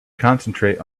concentrate